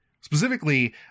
specifically